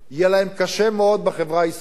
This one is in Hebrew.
יהיה להם קשה מאוד בחברה הישראלית.